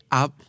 up